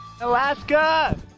Alaska